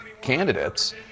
candidates